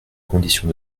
conditions